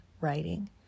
writing